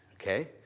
okay